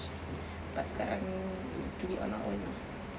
but sekarang we do it on our own lah